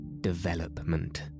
DEVELOPMENT